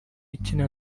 ikine